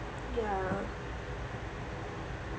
yeah yeah